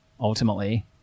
ultimately